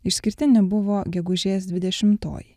išskirtinė buvo gegužės dvidešimtoji